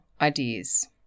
ideas